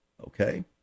Okay